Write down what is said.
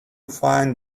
find